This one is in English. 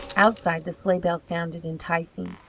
outside the sleigh-bells sounded enticing.